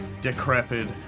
decrepit